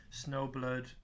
Snowblood